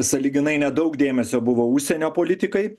sąlyginai nedaug dėmesio buvo užsienio politikai